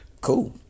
cool